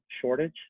shortage